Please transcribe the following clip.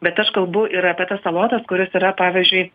bet aš kalbu ir apie tas salotas kurios yra pavyzdžiui